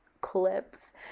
clips